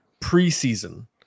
preseason